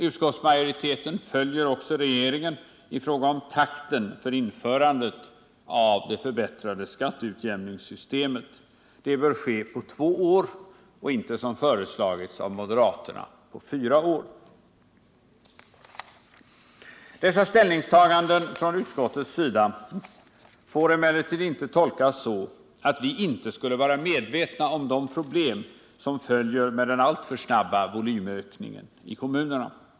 Utskottsmajoriteten följer också regeringen i fråga om takten för införandet av det förbättrade skatteutjämningssystemet. Det bör ske på två år och inte, som föreslagits av moderaterna, på fyra år. Dessa ställningstaganden från utskottets sida får emellertid inte tolkas så, att vi inte skulle vara medvetna om de problem som följer med den alltför snabba volymökningen i kommunerna.